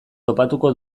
topatuko